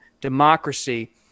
democracy